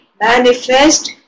manifest